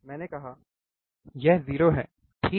मैंने कहा यह 0 है ठीक